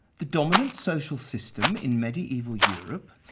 the dominant social system in medieval europe,